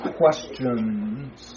questions